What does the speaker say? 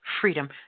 freedom